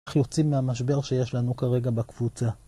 איך יוצאים מהמשבר שיש לנו כרגע בקבוצה?